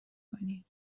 کنی